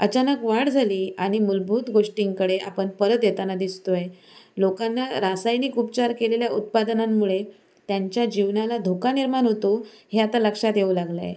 अचानक वाढ झाली आणि मूलभूत गोष्टींकडे आपण परत येताना दिसतो आहे लोकांना रासायनिक उपचार केलेल्या उत्पादनांमुळे त्यांच्या जीवनाला धोका निर्माण होतो हे आता लक्षात येऊ लागलं आहे